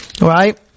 right